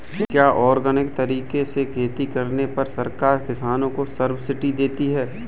क्या ऑर्गेनिक तरीके से खेती करने पर सरकार किसानों को सब्सिडी देती है?